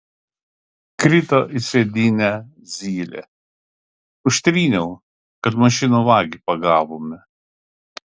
krito į sėdynę zylė užtryniau kad mašinų vagį pagavome